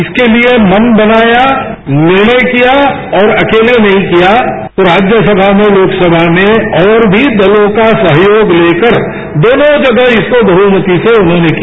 इसके लिए मन बनाया निर्णय किया और अकेले नहीं किया राज्यसभा में लोकसभा में और भी दलों का सहयोग लेकर दोनों जगह इसको बहुमती से उन्होंने किया